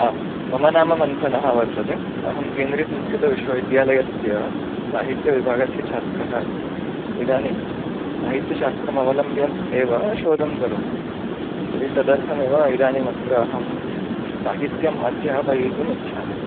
आम् मम नाम मम्थनः वर्तते अहं केन्द्रियसम्स्कृतविश्वविद्यालयस्य साहित्यविभागस्य छात्रः अस्मि इदानीं साहित्यशास्त्रमवलम्ब्य एव शोधं करोमि तर्हि तदर्थमेव इदानीमत्र अहं साहित्यम् अध्यापयितुमिच्छामि